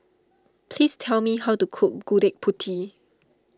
please tell me how to cook Gudeg Putih